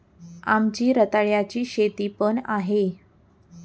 आमची रताळ्याची शेती पण आहे